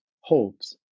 holds